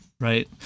Right